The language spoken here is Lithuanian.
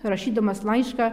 rašydamas laišką